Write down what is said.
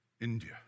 India